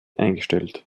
eingestellt